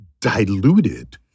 diluted